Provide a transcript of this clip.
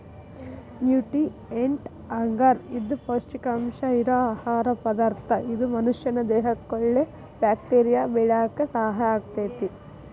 nutrient ಅಗರ್ ಇದು ಪೌಷ್ಟಿಕಾಂಶ ಇರೋ ಆಹಾರ ಪದಾರ್ಥ ಇದು ಮನಷ್ಯಾನ ದೇಹಕ್ಕಒಳ್ಳೆ ಬ್ಯಾಕ್ಟೇರಿಯಾ ಬೆಳ್ಯಾಕ ಸಹಾಯ ಆಗ್ತೇತಿ